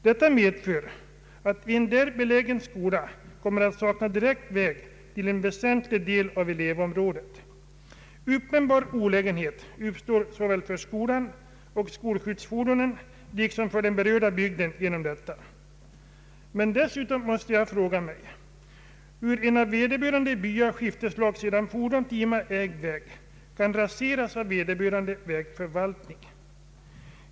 Detta medför att en där belägen skola kommer att sakna direkt väg till en väsentlig del av elevområdet. Uppenbar olägenhet uppstår för såväl skolan och skolskjutsfordonen som för den berörda bygden genom detta förfarande. Men dessutom måste jag fråga mig hur en av vederbörande byalag och skifteslag sedan fordomtima ägd väg kan raseras av vederbörande vägförvaltning.